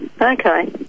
Okay